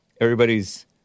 everybody's